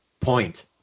point